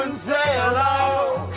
and say hello.